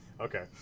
Okay